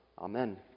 Amen